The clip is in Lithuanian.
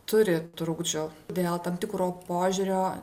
turi trukdžių dėl tam tikro požiūrio